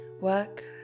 work